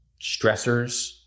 stressors